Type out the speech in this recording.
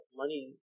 money